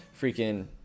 Freaking